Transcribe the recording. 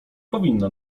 powinna